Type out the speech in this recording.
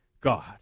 God